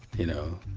you know?